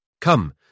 Come